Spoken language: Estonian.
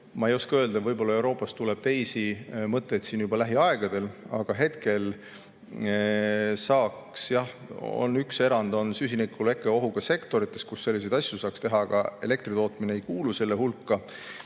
Ma ei oska öelda, võib-olla Euroopast tuleb teisi mõtteid juba lähiaegadel, aga hetkel seda teha ei saaks. Jah, üks erand on süsinikulekke ohuga sektorites, kus selliseid asju saaks teha, aga elektri tootmine ei kuulu selle hulka.